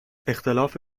اختلاف